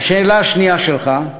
השאלה השנייה שלך: